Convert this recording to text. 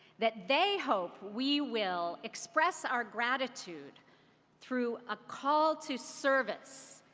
that they hope we will express our gratitude through a call to service,